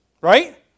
Right